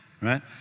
right